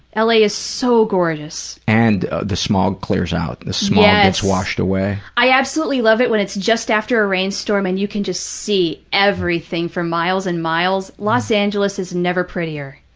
l. a. is so gorgeous. and the smog clears out. the smog gets washed away. yes. i absolutely love it when it's just after a rainstorm and you can just see everything for miles and miles. los angeles is never prettier.